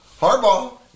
Hardball